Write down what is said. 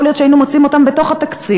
יכול להיות שהיינו מוצאים אותן בתוך התקציב.